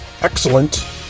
excellent